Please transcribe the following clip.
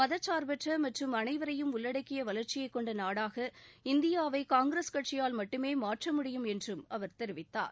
மதச்சார்பற்ற மற்றும் அனைவரையும் உள்ளடக்கிய வளர்ச்சியைக் கொண்ட நாடாக இந்தியாவை காங்கிரஸ் கட்சியால் மட்டுமே மாற்ற முடியும் என்றும் அவர் தெரிவித்தார்